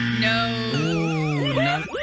No